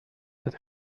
that